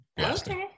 okay